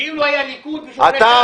ולכן באותו רגע לא סברנו שאנחנו יכולים